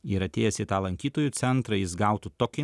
ir atėjęs į tą lankytojų centrą jis gautų tokį